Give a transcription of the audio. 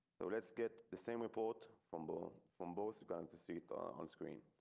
so let's get the same report from ball from both going to see it on screen.